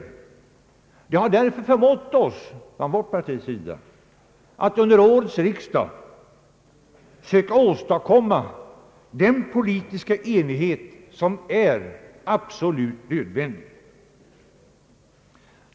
Vi har därför från vårt parti förmått oss att under årets riksdag söka åstadkomma den politiska enighet som är absolut nödvändig.